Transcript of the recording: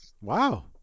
Wow